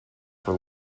for